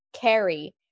carry